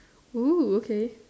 oh okay